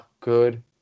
good